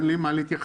אין לי מה להתייחס,